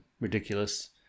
Ridiculous